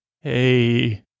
hey